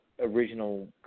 original